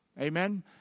Amen